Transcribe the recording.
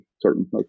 certain